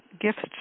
gifts